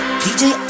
DJ